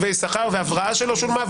מהבראה שלו שולמה,